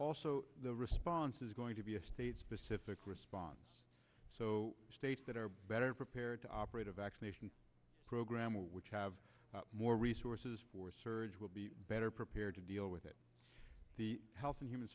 also the response is going to be a state specific response so states that are better prepared to operate a vaccination program which have more resources for surge will be better prepared to deal with it the health and human